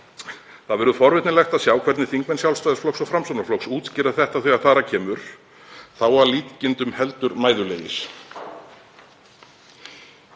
Það verður forvitnilegt að sjá hvernig þingmenn Sjálfstæðisflokks og Framsóknarflokks útskýra þetta þegar þar að kemur, þá að líkindum heldur mæðulegir.